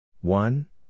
One